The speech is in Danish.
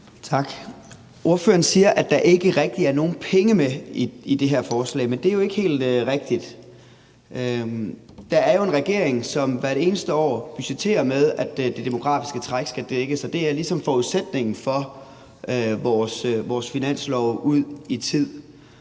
Tak. Ordføreren siger, at der ikke rigtig er nogen penge med i det her forslag, men det er ikke helt rigtigt. Vi har jo en regering, som hvert eneste år budgetterer med, at det demografiske træk skal dækkes, og det er ligesom forudsætningen for vores finanslov frem i tiden.